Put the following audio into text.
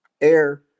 air